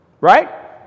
right